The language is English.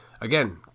Again